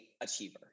achiever